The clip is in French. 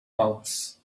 mans